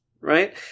right